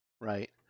right